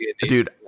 Dude